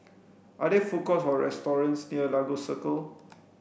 are there food courts or restaurants near Lagos Circle